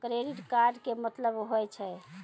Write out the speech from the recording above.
Credit card के मतलब होय छै?